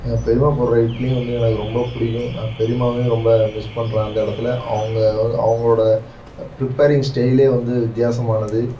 எங்கள் பெரியம்மா போடுற இட்லியும் வந்து எனக்கு ரொம்ப பிடிக்கும் நான் பெரியம்மாவையும் ரொம்ப மிஸ் பண்ணுறேன் அந்த இடத்துல அவங்க அவங்களோட ப்ரிப்பேரிங் ஸ்டெயில் வந்து வித்தியாசமானது